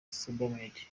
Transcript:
sebamed